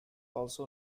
also